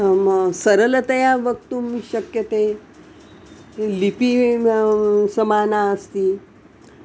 सरलतया वक्तुं शक्यते लिपिः नां समाना अस्ति